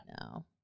No